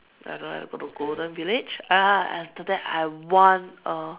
I don't have to go to golden village uh and after that I want a